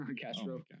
Castro